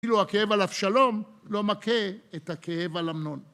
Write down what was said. כאילו הכאב על אבשלום לא מכהה את הכאב על אמנון.